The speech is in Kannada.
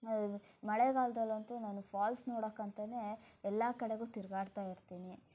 ಮಳೆಗಾಲದಲ್ಲಂತೂ ನಾನು ಫಾಲ್ಸ್ ನೋಡಕ್ಕೆ ಅಂತಲೇ ಎಲ್ಲ ಕಡೆಗೂ ತಿರುಗಾಡ್ತಾ ಇರ್ತೀನಿ